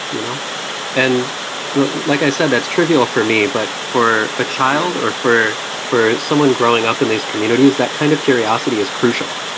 you know and like i said, that's trivial for me. but for a child, or for for someone growing up in these communities, that kind of curiosity is crucial.